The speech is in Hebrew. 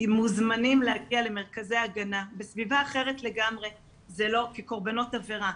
מוזמנים להגיע למרכזי הגנה בסביבה אחרת לגמרי כקורבנות עבירה.